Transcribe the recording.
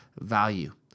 value